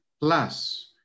plus